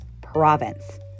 province